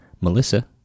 Melissa